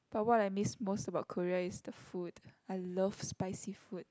but what I miss most about Korea is the food I love spicy food